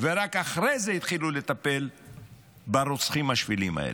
ורק אחרי זה התחילו לטפל ברוצחים השפלים האלה.